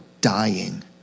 dying